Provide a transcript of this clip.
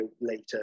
later